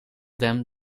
them